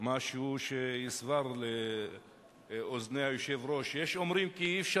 משהו שיסבר את אוזני היושב-ראש: "יש אומרים כי אי-אפשר